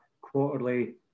quarterly